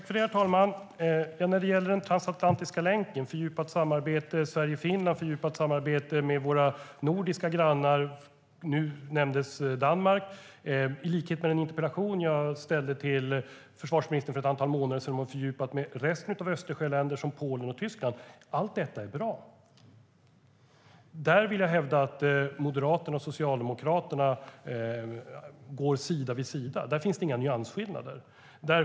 Herr talman! Allt detta är bra: den transatlantiska länken, fördjupat samarbete mellan Sverige och Finland och fördjupat samarbete med våra nordiska grannar - Danmark nämndes nu - i likhet med den interpellation som jag ställde till försvarsministern för ett antal månader sedan om att fördjupa samarbetet med fler Östersjöländer såsom Polen och Tyskland. Jag vill hävda att Moderaterna och Socialdemokraterna går sida vid sida där. Det finns inga nyansskillnader där.